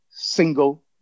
single